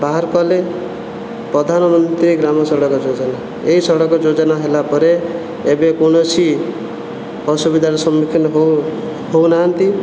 ବାହାର କଲେ ପ୍ରଧାନମନ୍ତ୍ରୀ ଗ୍ରାମ୍ୟ ସଡ଼କ ଯୋଜନା ଏଇ ସଡ଼କ ଯୋଜନା ହେଲାପରେ ଏବେ କୌଣସି ଅସୁବିଧାର ସମ୍ମୁଖୀନ ହଉ ହେଉନାହାନ୍ତି